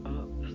up